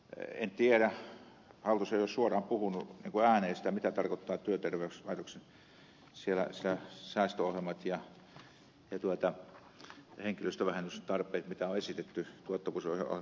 en tiedä hallitus ei ole suoraan puhunut ääneen sitä mitä tarkoittavat työterveyslaitoksen säästöohjelmat ja henkilöstövähennystarpeet mitä on esitetty tuottavuusohjelman nimissä